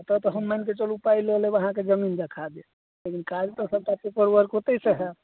एतऽ तऽ हम मानिके चलू पाइ लअ लेब अहाँके जमीन देखा देब लेकिन काज तऽ सबटा पेपर वर्क ओतयसँ होयत